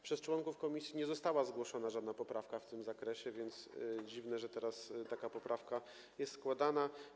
Przez członków komisji nie została zgłoszona żadna poprawka w tym zakresie, więc dziwne, że teraz taka poprawka jest składana.